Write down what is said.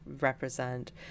represent